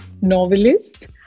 novelist